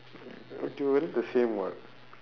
they all look the same [what]